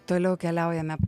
toliau keliaujame